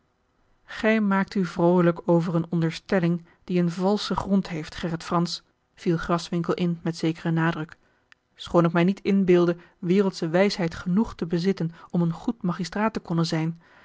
gij maakt u vroolijk over eene onderstelling die een valschen grond heeft gerrit fransz viel graswinckel in met zekeren nadruk schoon ik mij niet inbeelde wereldsche wijsheid genoeg te bezitten om een goed magistraat te konnen zijn